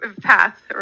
path